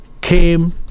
came